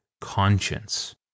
conscience